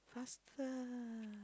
faster